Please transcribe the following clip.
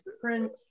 print